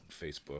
Facebook